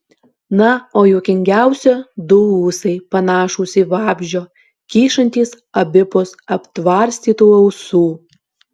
na o juokingiausia du ūsai panašūs į vabzdžio kyšantys abipus aptvarstytų ausų